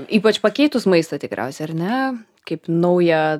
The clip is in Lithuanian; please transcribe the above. ypač pakeitus maistą tikriausiai ar ne kaip naują